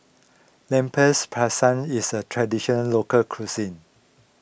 Lempers Pisang is a Traditional Local Cuisine